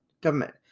government